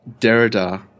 Derrida